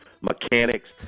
mechanics